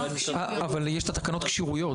אבל יש את התקנות כשירויות,